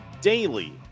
daily